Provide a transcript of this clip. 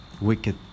wicked